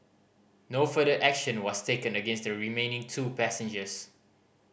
no further action was taken against the remaining two passengers